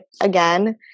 again